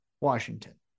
Washington